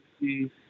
see